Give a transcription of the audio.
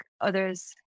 others